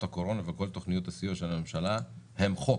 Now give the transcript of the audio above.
הקורונה וכל תכניות הסיוע של הממשלה הן חוק.